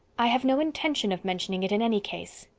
i have no intention of mentioning it in any case,